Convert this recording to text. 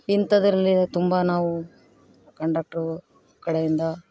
ಇಂಥದರಲ್ಲಿ ತುಂಬ ನಾವು ಕಂಡಕ್ಟ್ರು ಕಡೆಯಿಂದ